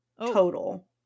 total